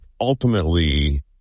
ultimately